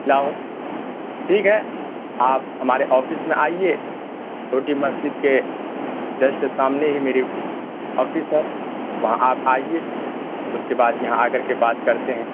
دلاؤں ٹھیک ہے آپ ہمارے آفس میں آئیے چھوٹی مسجد کے جسٹ سامنے ہی میری آفس ہے وہاں آپ آئیے اس کے بعد یہاں آ کرکے بات کرتے ہیں